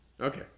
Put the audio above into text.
Okay